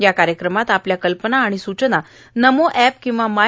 या कार्यक्रमात आपल्या कल्पना आणि सूचना नमो अॅप किंवा माय